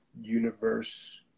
Universe